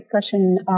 discussion